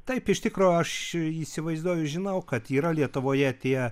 taip iš tikro aš įsivaizduoju žinau kad yra lietuvoje tie